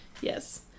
Yes